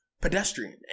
pedestrian